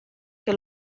que